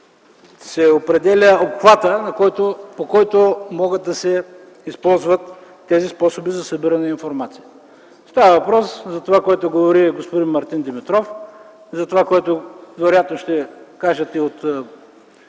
се определя обхватът, по който могат да се използват тези способи за събиране на информация. Става въпрос за това, което говори господин Мартин Димитров, и за това, което вероятно ще кажат и от